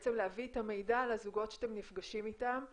בעצם להביא את המידע לזוגות שאתם נפגשים איתם,